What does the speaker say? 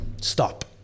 stop